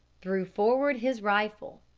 threw forward his rifle.